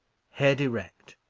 head erect,